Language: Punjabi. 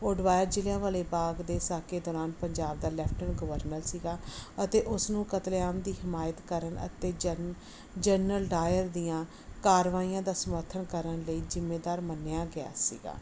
ਅਡਵਾਇਰ ਜਲ੍ਹਿਆਂਵਾਲਾ ਬਾਗ ਦੇ ਸਾਕੇ ਦੌਰਾਨ ਪੰਜਾਬ ਦਾ ਲੈਫਟਨ ਗਵਰਨਰ ਸੀਗਾ ਅਤੇ ਉਸਨੂੰ ਕਤਲੇਆਮ ਦੀ ਹਿਮਾਇਤ ਕਰਨ ਅਤੇ ਜਰਨ ਜਨਰਲ ਡਾਇਰ ਦੀਆਂ ਕਾਰਵਾਈਆਂ ਦਾ ਸਮਰਥਨ ਕਰਨ ਲਈ ਜਿੰਮੇਦਾਰ ਮੰਨਿਆ ਗਿਆ ਸੀਗਾ